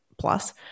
plus